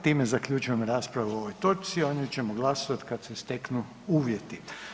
Time zaključujem raspravu o ovoj točci, o njoj ćemo glasovati kada se steknu uvjeti.